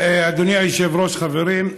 אדוני היושב-ראש, חברים,